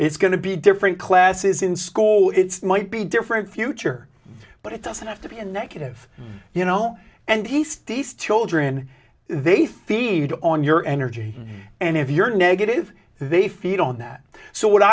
it's going to be different classes in school it's might be different future but it doesn't have to be a negative you know and he stays children they feed on your energy and if you're negative they feed on that so what